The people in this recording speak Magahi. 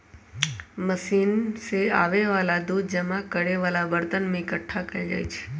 मशीन से आबे वाला दूध जमा करे वाला बरतन में एकट्ठा कएल जाई छई